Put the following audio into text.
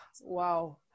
Wow